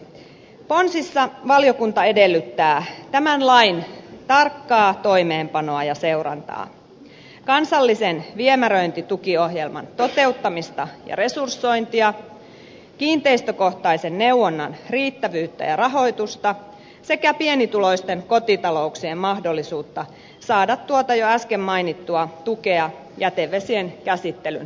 ponsissa valiokunta edellyttää tämän lain tarkkaa toimeenpanoa ja seurantaa kansallisen viemäröintitukiohjelman toteuttamista ja resursointia kiinteistökohtaisen neuvonnan riittävyyttä ja rahoitusta sekä pienituloisten kotitalouksien mahdollisuutta saada tuota jo äsken mainittua tukea jätevesien käsittelyn toteuttamiseen